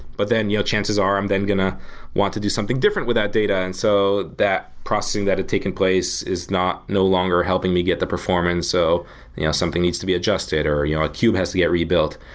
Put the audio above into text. but then yeah chances are i'm then going to want to do something different without data. and so that processing that's taking place is not no longer helping me get the performance so you know something needs to be adjusted or you know a cube has to get rebuilt.